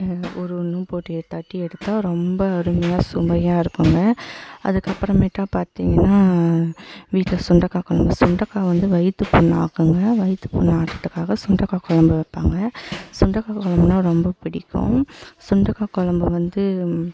ஒரு ஒன்று போட்டு தட்டி எடுத்தால் ரொம்ப அருமையாக சுவையாக இருக்கும்ங்க அதுக்கு அப்புறமேட்டா பார்த்தீங்கனா வீட்டில் சுண்டைக்கா கொழம்பு சுண்டைக்கா வந்து வயிற்று புண்ணை ஆற்றுங்க வயிற்று புண்ணணை ஆத்துகிறதுக்காக சுண்டைக்கா கொழம்பு வைப்பாங்க சுண்டைக்கா கொழம்புனா ரொம்ப பிடிக்கும் சுண்டைக்கா கொழம்பு வந்து